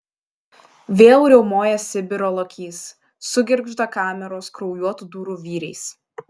vėl riaumoja sibiro lokys sugirgžda kameros kraujuotų durų vyriais